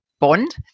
bond